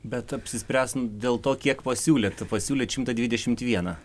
bet apsispręs dėl to kiek pasiūlėt o pasiūlėt šimtą dvidešimt vieną